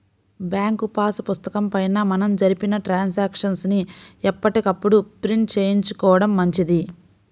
bank pass పుస్తకం పైన మనం జరిపిన ట్రాన్సాక్షన్స్ ని ఎప్పటికప్పుడు ప్రింట్ చేయించుకోడం మంచిది